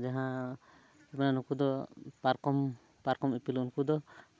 ᱡᱟᱦᱟᱸ ᱢᱟᱱᱮ ᱱᱩᱠᱩ ᱫᱚ ᱯᱟᱨᱠᱚᱢ ᱯᱟᱨᱠᱚᱢ ᱤᱯᱤᱞ ᱩᱱᱠᱩ ᱫᱚ